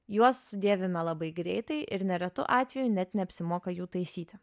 juos sudėvime labai greitai ir neretu atveju net neapsimoka jų taisyti